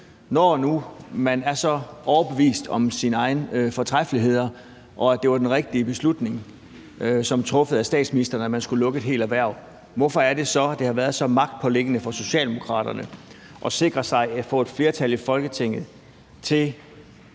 Når nu man er så overbevist om sine egne fortræffeligheder og om, at det var den rigtige beslutning, som blev truffet af statsministeren, altså at man skulle lukke et helt erhverv, hvorfor er det så, at det har været så magtpåliggende for Socialdemokraterne at sikre sig at få et flertal i Folketinget til